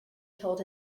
told